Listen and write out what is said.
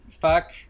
Fuck